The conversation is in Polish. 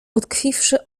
utkwiwszy